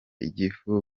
igifu